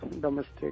domestic